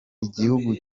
igihugu